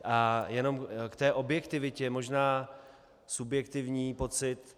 A jenom k té objektivitě možná subjektivní pocit.